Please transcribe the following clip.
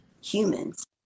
humans